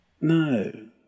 No